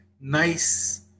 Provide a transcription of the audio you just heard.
Nice